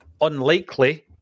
unlikely